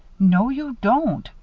no, you don't,